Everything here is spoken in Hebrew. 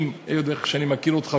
היות שאני מכיר אותך,